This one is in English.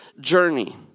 journey